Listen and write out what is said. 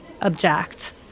object